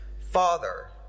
Father